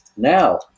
Now